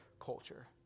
culture